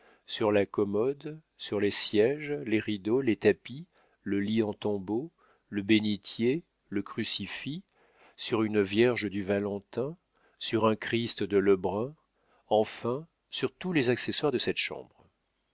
sur la commode sur les siéges les rideaux les tapis le lit en tombeau le bénitier le crucifix sur une vierge du valentin sur un christ de lebrun enfin sur tous les accessoires de cette chambre